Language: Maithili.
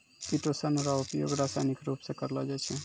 किटोसन रो उपयोग रासायनिक रुप से करलो जाय छै